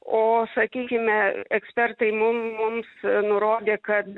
o sakykime ekspertai mum mums nurodė kad